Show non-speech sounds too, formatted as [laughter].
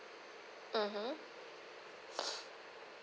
mmhmm [noise]